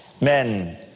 Men